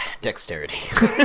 dexterity